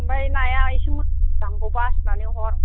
ओमफाय नाया एसे मोजां खौ बासिनानै हर